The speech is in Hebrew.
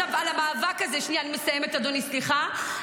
שנייה, אני מסיימת, אדוני, סליחה.